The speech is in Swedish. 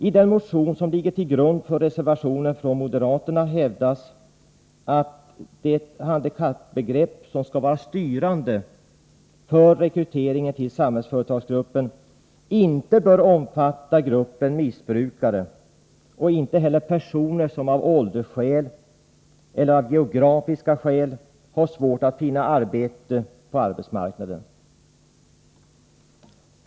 I den motion som ligger till grund för reservationen från moderaterna hävdas att det handikappbegrepp som skall vara styrande för rekryteringen till Samhällsföretagsgruppen inte bör omfatta gruppen ”missbrukare” och inte heller personer som av åldersskäl eller av geografiska skäl har svårt att finna arbete på arbetsmarknaden.